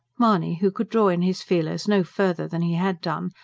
mahony, who could draw in his feelers no further than he had done,